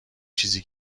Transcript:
چیزی